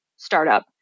startup